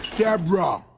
debra,